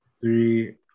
Three